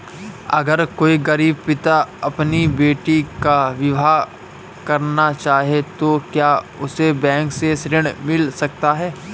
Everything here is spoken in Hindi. अगर कोई गरीब पिता अपनी बेटी का विवाह करना चाहे तो क्या उसे बैंक से ऋण मिल सकता है?